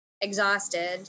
exhausted